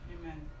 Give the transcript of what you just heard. Amen